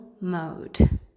mode